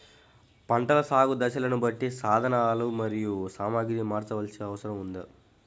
పంటల సాగు దశలను బట్టి సాధనలు మరియు సామాగ్రిని మార్చవలసి ఉంటుందా?